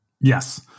Yes